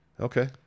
Okay